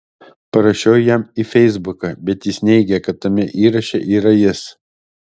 parašiau jam į feisbuką bet jis neigė kad tame įraše yra jis